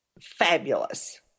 fabulous